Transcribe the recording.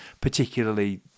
particularly